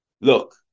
look